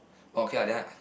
okay ah then I